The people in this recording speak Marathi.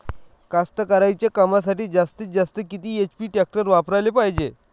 कास्तकारीच्या कामासाठी जास्तीत जास्त किती एच.पी टॅक्टर वापराले पायजे?